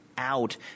Out